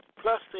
Plus